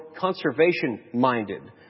conservation-minded